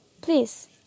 please